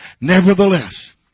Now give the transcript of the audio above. Nevertheless